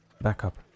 backup